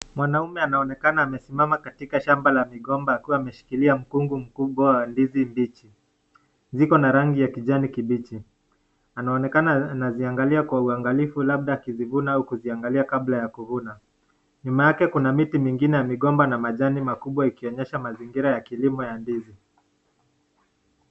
Mwanaume ameonekana akiwa amesimama katika shamba la mgomba akiwa ameshikilia mgomba, mgomba Wa ndizibichi . Ziko na rangi ya kijani kibichi . Anaonekana kuangalia kwa huangalifu labda akizivuna ama kuangalia kabla ya kuzivuna . Nyuma yake Kuna miti mingine ya mgomba na majani makubwa akionesha mazingira ya kilimo ya ndizi.